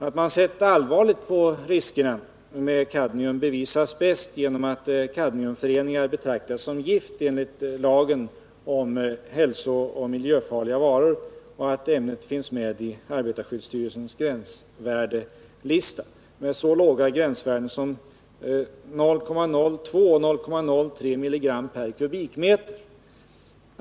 Att man sett allvarligt på riskerna med kadmium bevisas bäst av att kadmiumföreningar betraktas som gift enligt lagen om hälsooch miljöfarliga varor och finns med i arbetarskyddsstyrelsens gränsvärdeslista med så låga gränsvärden som 0,02 och 0,03 mg/m?.